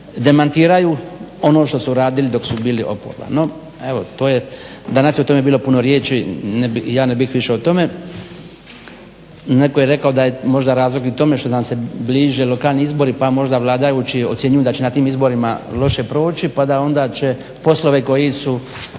demantiraju oni što su radili dok su bili oporba. No evo danas je o tome bilo puno riječi, ja ne bih više o tome. Netko je rekao da je možda razlog i tome što nam se bliže lokalni izbori pa možda vladajući ocjenjuju da će na tim izborima loše proći pa da onda će poslove koji su